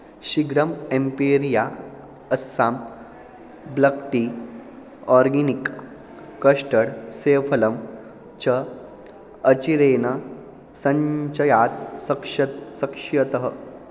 शीघ्रम् एम्पीरिया Assam black tea organic custard सेवफलं च अचिरेन सञ्चयात् सक्षयतः सक्षयतः